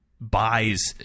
buys